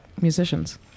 musicians